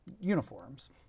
uniforms